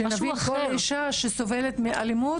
תבינו שאישה שסובלת מאלימות,